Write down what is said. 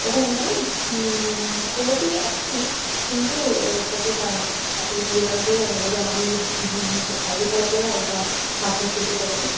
तदनन्तरं कोपि अस्ति किन्तु तत् पा अतीव विरलतया एव जानामि विरलतया एव भागं स्वीकृतवती